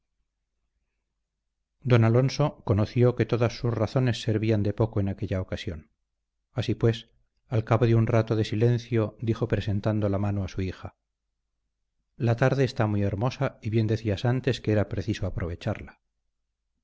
don alonso conoció que todas sus razones servirían de poco en aquella ocasión así pues al cabo de un rato de silencio dijo presentando la mano a su hija la tarde está muy hermosa y bien decías antes que era preciso aprovecharla